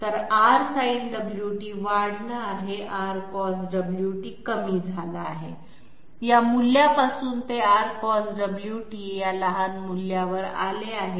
तर R Sinωt वाढला आहे R Cosωt कमी झाला आहे या मूल्यापासून ते R Cosωt या लहान मूल्यावर आले आहे